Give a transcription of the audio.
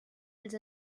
els